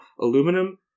Aluminum